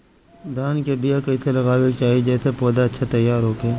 धान के बीया कइसे लगावे के चाही जेसे पौधा अच्छा तैयार होखे?